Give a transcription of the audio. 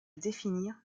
définir